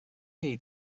gei